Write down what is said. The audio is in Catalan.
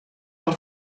del